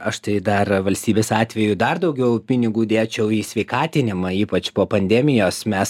aš tai dar valstybės atveju dar daugiau pinigų dėčiau į sveikatinimą ypač po pandemijos mes